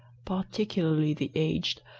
particularly the aged,